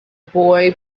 boy